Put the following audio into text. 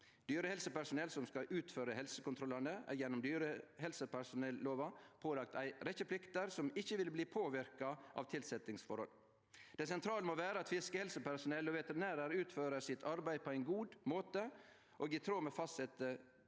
Dyrehelsepersonellet som skal utføre helsekontrollane, er gjennom dyrehelsepersonellova pålagt ei rekkje plikter som ikkje vil bli påverka av tilsetjingsforhold. Det sentrale må vere at fiskehelsepersonell og veterinærar utfører arbeidet sitt på ein god måte og i tråd med fastsette